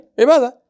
Ibadah